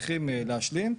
שצריכים להשלים.